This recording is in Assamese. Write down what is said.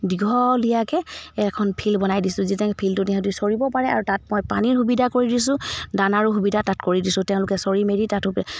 দীঘলীয়াকৈ এখন ফিল্ড বনাই দিছোঁ যাতে ফিল্ডটোত সিহঁতে চৰিব পাৰে আৰু তাত মই পানীৰ সুবিধা কৰি দিছোঁ দানাৰো সুবিধা তাত কৰি দিছোঁ তেওঁলোকে চৰি মেলি তাতো